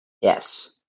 Yes